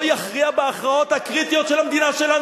לא יכריע בהכרעות הקריטיות של המדינה שלנו.